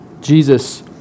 Jesus